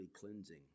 cleansing